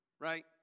right